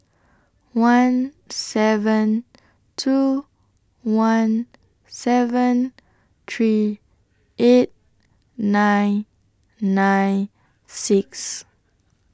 one seven two one seven three eight nine nine six